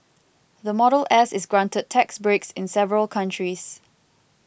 the Model S is granted tax breaks in several countries